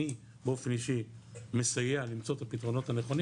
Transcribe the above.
אני באופן אישי מסייע למצוא את הפתרונות הנכונים